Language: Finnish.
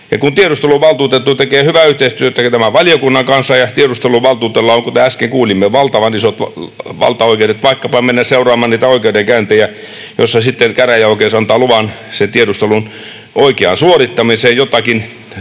Kun tiedusteluvaltuutettu tekee hyvää yhteistyötä tämän valiokunnan kanssa ja tiedusteluvaltuutetulla on, kuten äsken kuulimme, valtavan isot valtaoikeudet vaikkapa mennä seuraamaan niitä oikeudenkäyntejä, joissa sitten käräjäoikeus antaa luvan sen tiedustelun oikeaan suorittamiseen jotakin